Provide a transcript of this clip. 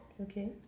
okay